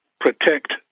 protect